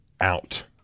out